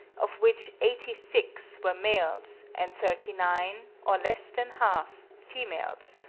of which eighty six were males, and thirty nine, or less than half, females,